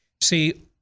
See